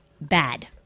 bad